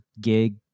gig